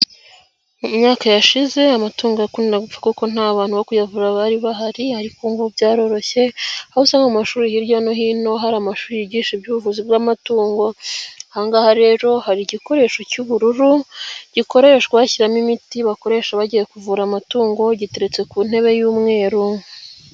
Mu myaka yashize amatungo yakundaga gupfa kuko nta bantu bo kuyavura bari bahari ariko ubu ngubu byaroroshye, aho usanga mu mashuri hirya no hino hari amashuri yigisha iby'ubuvuzi bw'amatungo. Aha ngaha rero hari igikoresho cy'ubururu gikoreshwa bashyiramo imiti bakoresha bagiye kuvura amatungo, giteretse ku ntebe y'umweru.